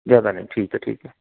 ਜ਼ਿਆਦਾ ਨਹੀਂ ਠੀਕ ਹੈ ਠੀਕ ਹੈ